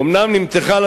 אומנם נמתחה על